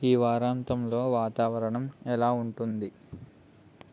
ఈ వారాంతంలో వాతావరణం ఎలా ఉంటుంది